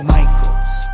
Michael's